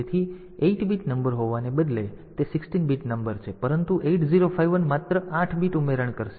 તેથી 8 bit number હોવાને બદલે તે 16 બીટ નંબર છે પરંતુ 8 0 5 1 માત્ર 8 બીટ ઉમેરણ કરશે